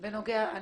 בנוגע לזה.